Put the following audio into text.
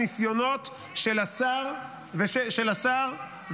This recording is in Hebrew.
ניסיונות של השר ושל --- זו הייתה הצעה של השר.